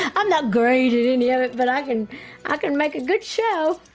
i'm not great at any of it but i can i can make a good show.